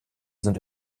sind